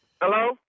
Hello